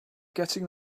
getting